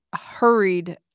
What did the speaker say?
hurried